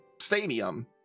stadium